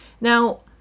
now